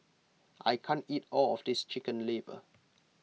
I can't eat all of this Chicken Liver